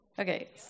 Okay